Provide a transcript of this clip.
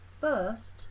first